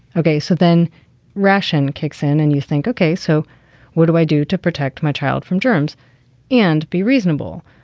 okay. so then ration kicks in and you think, ok, so what do i do to protect my child from germs and be reasonable?